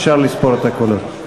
אפשר לספור את הקולות.